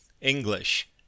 English